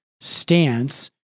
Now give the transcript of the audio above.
stance